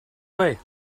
way